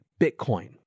Bitcoin